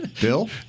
Bill